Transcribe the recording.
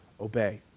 obey